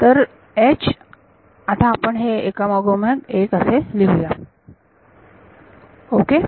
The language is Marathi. तर आता आपण हे एकामागोमाग एक असे घेऊया ओके